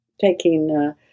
taking